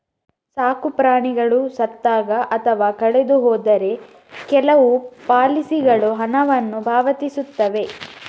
ಸಾಕು ಪ್ರಾಣಿಗಳು ಸತ್ತಾಗ ಅಥವಾ ಕಳೆದು ಹೋದರೆ ಕೆಲವು ಪಾಲಿಸಿಗಳು ಹಣವನ್ನು ಪಾವತಿಸುತ್ತವೆ